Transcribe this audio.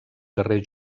carrer